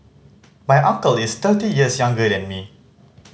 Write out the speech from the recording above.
my uncle is thirty years younger than me